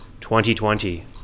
2020